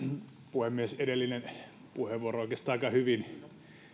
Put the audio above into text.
puhemies edellinen puheenvuoro oikeastaan aika hyvin